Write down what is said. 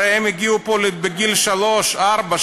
הרי הם הגיעו לפה בגיל שנתיים, שלוש, ארבע.